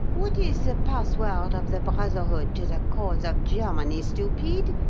what is the password of the brotherhood to the cause of germany, stupid?